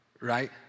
right